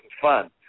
fun